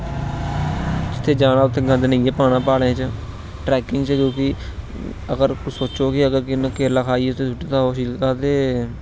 जित्थै जाना उत्थै गंद नेई ऐ पाना प्हाडे़ं च ट्रैकिंग च जाइयै जो बी अगर सोचो गी कुसे ने केला खाइयै उत्थै सुट्टे दा होग छिलका ते